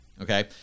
okay